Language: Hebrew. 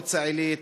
מוצא-עילית,